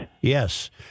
Yes